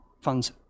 funds